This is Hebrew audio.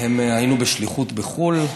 היינו בשליחות בחו"ל,